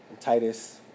Titus